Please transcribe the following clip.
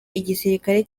igisirikare